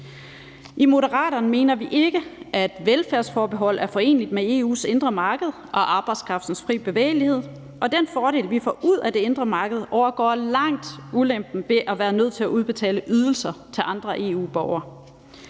I Moderaterne mener vi ikke, at et velfærdsforbehold er foreneligt med EU's indre marked og arbejdskraftens fri bevægelighed, og den fordel, vi får ud af det indre marked, overgår langt ulempen ved at være nødt til at udbetale ydelser til andre EU-borgere.